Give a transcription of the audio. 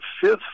fifth